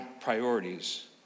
priorities